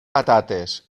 patates